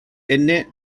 innit